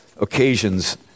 occasions